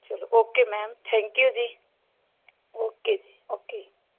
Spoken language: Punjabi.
ਚਲੋ ਓਕੇ ਮੈਮ ਥੈਂਕ ਯੂ ਜੀ ਓਕੇ ਜੀ ਓਕੇ